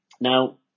Now